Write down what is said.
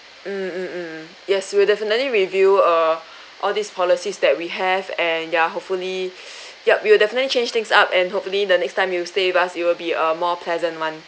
mm mm mm yes we'll definitely review err all these policies that we have and ya hopefully yup we will definitely change things up and hopefully the next time you stay with us it will be a more pleasant [one]